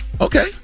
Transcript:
Okay